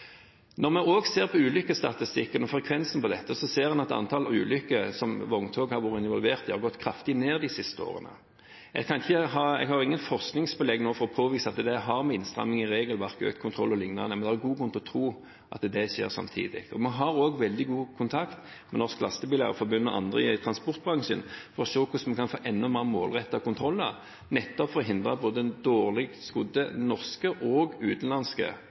Når vi også ser på ulykkesstatistikken og ulykkesfrekvensen, ser en at antall ulykker som vogntog har vært involvert i, har gått kraftig ned de siste årene. Jeg har ingen forskningsbelegg for å påvise at det har med innstramming i regelverket, økt kontroll o.l. å gjøre, men det er god grunn til å tro at det skjer samtidig. Vi har også veldig god kontakt med Norges Lastebileier-Forbund og andre i transportbransjen for å se på hvordan vi kan få enda mer målrettede kontroller nettopp for å hindre at dårlig skodde både norske og utenlandske